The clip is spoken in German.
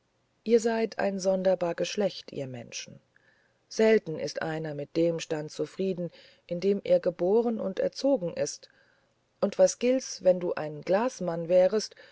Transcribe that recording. ihr seid ein sonderbar geschlecht ihr menschen selten ist einer mit dem stand ganz zufrieden in dem er geboren und erzogen ist und was gilt's wenn du ein glasmann wärest